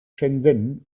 shenzhen